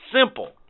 Simple